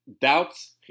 doubts